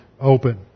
open